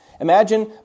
Imagine